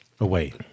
away